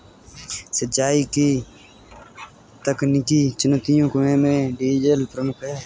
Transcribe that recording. सिंचाई की तकनीकी चुनौतियों में डीजल प्रमुख है